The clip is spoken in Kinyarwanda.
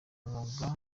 mwuga